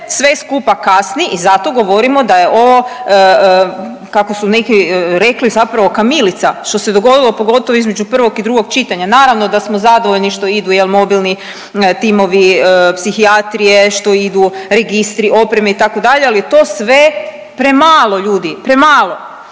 sve skupa kasni i zato govorimo da je ovo kako su neki rekli zapravo kamilica što se dogodilo pogotovo između prvog i drugog čitanja, naravno da smo zadovoljni što idu jel mobilni timovi psihijatrije, što idu registri, opreme itd., ali to je sve premalo ljudi, premalo.